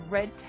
Red